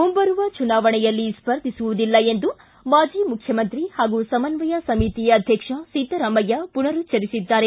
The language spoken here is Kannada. ಮುಂಬರುವ ಚುನಾವಣೆಯಲ್ಲಿ ಸ್ಪರ್ಧಿಸುವುದಿಲ್ಲ ಎಂದು ಮಾಜಿ ಮುಖ್ಯಮಂತ್ರಿ ಹಾಗೂ ಸಮನ್ವಯ ಸಮಿತಿ ಅಧ್ಯಕ್ಷ ಸಿದ್ದರಾಮಯ್ಯ ಪುನರುಚ್ವರಿಸಿದ್ದಾರೆ